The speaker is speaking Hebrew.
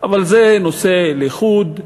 אבל זה נושא לחוד.